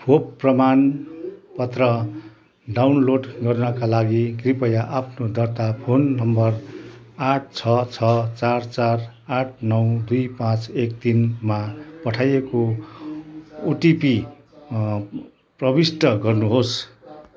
खोप प्रमाणपत्र डाउनलोड गर्नाका लागि कृपया आफ्नो दर्ता फोन नम्बर आठ छ छ चार चार आठ नौ दुई पाँच एक तिनमा पठाइएको ओटिपी प्रविष्ट गर्नुहोस्